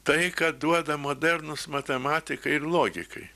tai ką duoda modernūs matematikai ir logikai